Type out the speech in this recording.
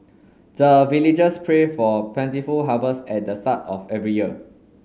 the villagers pray for plentiful harvest at the start of every year